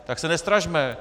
Tak se nestrašme.